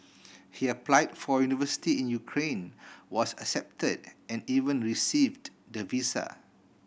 he apply for university in Ukraine was accepted and even received the visa